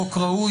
חוק ראוי.